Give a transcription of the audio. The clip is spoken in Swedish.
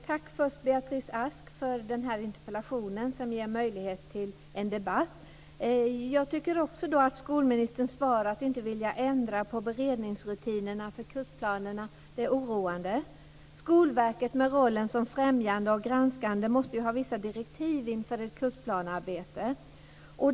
Fru talman! Först ett tack till Beatrice Ask för den här interpellationen som ger möjlighet till en debatt. Jag tycker också att skolministerns svar att inte vilja ändra beredningsrutinerna för kursplanerna är oroande. Skolverket med rollen som främjande och granskande måste ju ha vissa direktiv inför ett kursplanearbete.